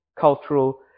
cultural